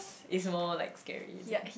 is more like scary is it